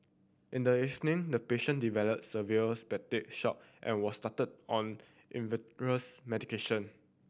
in the evening the patient developed severe septic shock and was started on medication